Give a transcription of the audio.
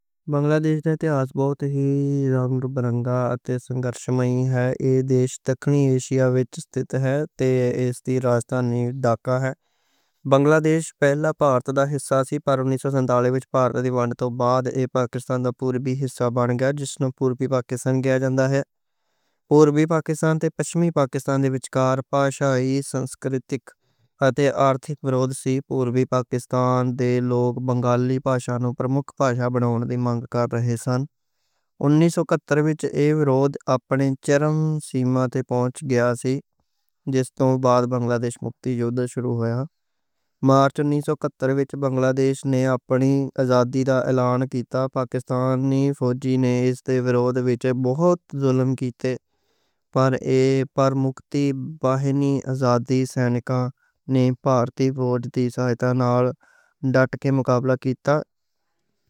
بنگلہ دیش دی تاریخ بہت ہی جاندار بغاوتاں دے نال بھری ہوئی ہے، ایدے دی تکنیکی شاہکار وِکھائی جاندا اے۔ تے ایس دی راجدھانی ڈھاکہ اے۔ بنگلہ دیش پہلا بھارت دا حصہ سی پر انیس سو سینتالیس وِچ پارٹیشن دے بعد۔ اس دے بعد ایہ پاکستان دا پُربی حصہ بن گیا، جِس نوں پُربی پاکستان کیا جاندا اے، پُربی پاکستان تے پَشچِمی پاکستان۔ وِچ کار بھاشا دی، سانسکرتک تے آرتھک مُڑاوٹ سی، پُربی پاکستان دے لوک بنگالی بھاشا نوں پرمُکھ بھاشا بنان دی مانگ کر رہے سن، انیس سو اکتر وِچ شدید وِرودھ اوہدے نیش تے پہنچ گیا سی، جِس توں بعد بنگلہ دیش آزادی دی تحریک دی شروعات ہوئی، مارچ انیس سو اکتر وِچ بنگلہ دیش نے اپنی آزادی دا اعلان کیتی۔ وَدّ وِچ بھاری ظلم ہوئے، پر مُکتی باہنی آزادی پسنداں نے بھارتی فوج دی مدد نال ڈٹ کے مقابلہ کیتا۔